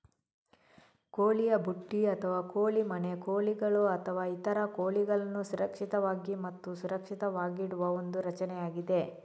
ಕೋಳಿಯ ಬುಟ್ಟಿ ಅಥವಾ ಕೋಳಿ ಮನೆ ಕೋಳಿಗಳು ಅಥವಾ ಇತರ ಕೋಳಿಗಳನ್ನು ಸುರಕ್ಷಿತವಾಗಿ ಮತ್ತು ಸುರಕ್ಷಿತವಾಗಿಡುವ ಒಂದು ರಚನೆಯಾಗಿದೆ